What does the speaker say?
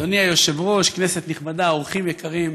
אדוני היושב-ראש, כנסת נכבדה, אורחים יקרים,